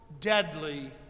deadly